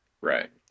Right